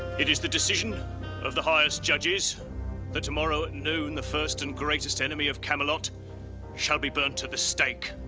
it is the decision of the highest judges that tomorrow at noon, the first and greatest enemy of camelot shall be burnt at the stake.